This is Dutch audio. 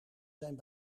zijn